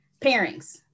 Pairings